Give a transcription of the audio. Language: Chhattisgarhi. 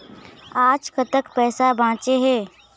आज कतक पैसा बांचे हे?